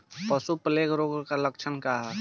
पशु प्लेग रोग के लक्षण का ह?